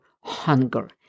hunger